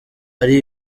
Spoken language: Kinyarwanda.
ari